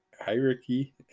hierarchy